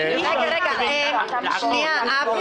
אני לא רואה איך ניתן לומר שלא ניתן